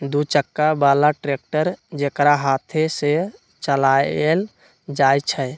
दू चक्का बला ट्रैक्टर जेकरा हाथे से चलायल जाइ छइ